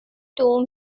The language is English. two